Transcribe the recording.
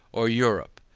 or europe.